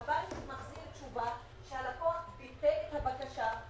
שהבנק מחזיר תשובה שהלקוח ביטל את הבקשה,